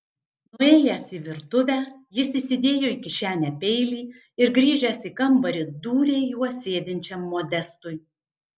nuėjęs į virtuvę jis įsidėjo į kišenę peilį ir grįžęs į kambarį dūrė juo sėdinčiam modestui